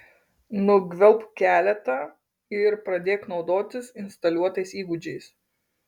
nugvelbk keletą ir pradėk naudotis instaliuotais įgūdžiais